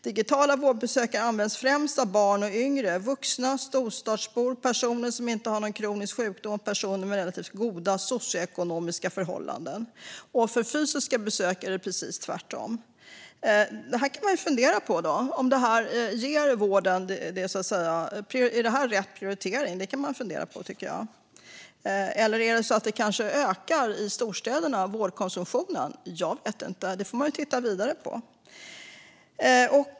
Digitala vårdbesök används främst av barn och yngre, vuxna storstadsbor, personer som inte har någon kronisk sjukdom och personer med relativt goda socioekonomiska förhållanden. För fysiska besök är det precis tvärtom. Det här kan man fundera över. Är det här rätt prioritering? Eller ökar vårdkonsumtionen i storstäderna? Jag vet inte. Det får man titta vidare på.